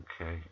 Okay